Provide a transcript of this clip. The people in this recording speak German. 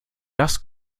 das